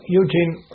Eugene